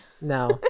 No